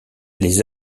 les